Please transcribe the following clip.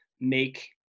make